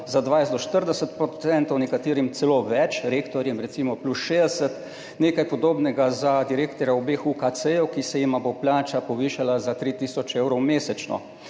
za 20 do 40 %, nekaterim celo več, rektorjem, recimo, plus 60 %, nekaj podobnega za direktorja obeh UKC, ki se jima bo plača povišala za 3 tisoč evrov mesečno,